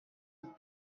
cette